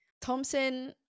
Thompson